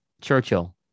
Churchill